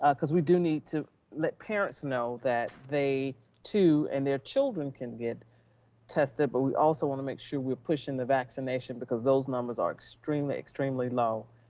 ah cause we do need to let parents know that they too, and their children can get tested, but we also want to make sure we're pushing the vaccination because those numbers are extremely, extremely low.